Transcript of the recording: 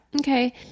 okay